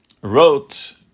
wrote